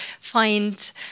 find